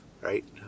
right